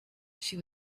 she